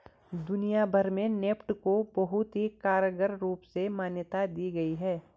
दुनिया भर में नेफ्ट को बहुत ही कारगर रूप में मान्यता दी गयी है